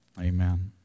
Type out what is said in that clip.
Amen